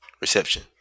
Reception